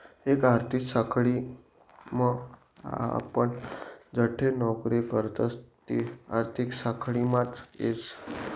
एक आर्थिक साखळीम आपण जठे नौकरी करतस ते आर्थिक साखळीमाच येस